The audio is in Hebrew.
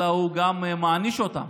אלא הוא גם מעניש אותם